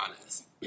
honest